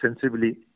sensibly